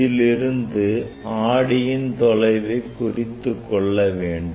இதிலிருந்து ஆடியின் தொலைவை குறித்துக் கொள்ள வேண்டும்